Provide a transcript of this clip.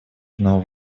одного